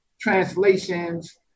translations